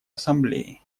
ассамблеи